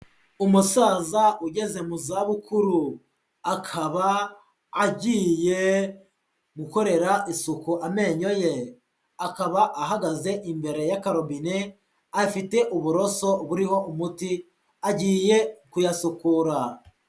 Umusaza ugeze mu zabukuru, akaba agiye gukorera isuku amenyo ye, akaba ahagaze imbere y'akarobine, afite uburoso buriho umuti, agiye kuyasukura.